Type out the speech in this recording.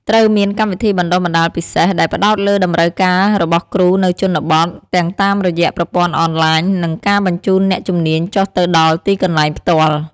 ត្រូវមាន កម្មវិធីបណ្តុះបណ្តាលពិសេស ដែលផ្តោតលើតម្រូវការរបស់គ្រូនៅជនបទ ទាំងតាមរយៈប្រព័ន្ធអនឡាញ និងការបញ្ជូនអ្នកជំនាញចុះទៅដល់ទីកន្លែងផ្ទាល់។